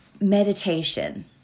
Meditation